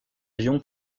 lyon